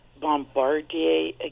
Bombardier